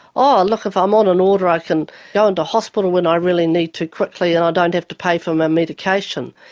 oh look, if i'm on an order i can go into hospital when i really need to quickly and i don't have to pay for my medication.